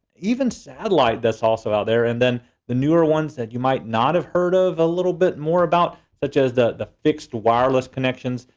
even satellite, that's also out there. and then the newer ones that you might not have heard of a little bit more about, such as the the fixed wireless connections.